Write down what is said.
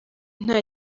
nta